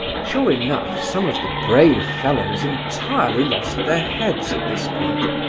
sure enough, some of the brave fellows entirely lost their heads at this point,